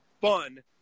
fun